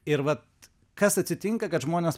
ir vat kas atsitinka kad žmonės